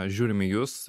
žiūrim į jus